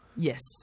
Yes